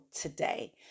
today